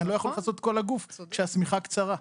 אני לא יכול לכסות את כל הגוף כשהשמיכה קצרה.